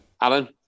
Alan